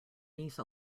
niece